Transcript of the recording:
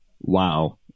Wow